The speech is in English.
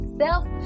self